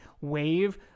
wave